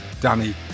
Danny